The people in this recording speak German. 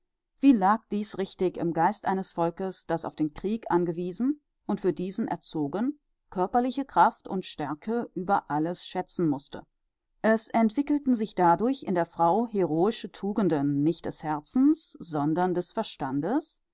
wie lag dies richtig im geist eines volkes das auf den krieg angewiesen und für diesen erzogen körperliche kraft und stärke über alles schätzen mußte es entwickelten sich dadurch in der frau heroische tugenden nicht des herzens sondern des verstandes